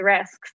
risks